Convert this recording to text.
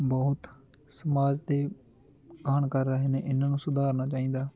ਬਹੁਤ ਸਮਾਜ ਦੇ ਘਾਣ ਕਰ ਰਹੇ ਨੇ ਇਹਨਾਂ ਨੂੰ ਸੁਧਾਰਨਾ ਚਾਹੀਦਾ